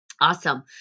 Awesome